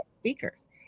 speakers